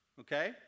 okay